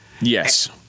Yes